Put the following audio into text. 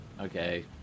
Okay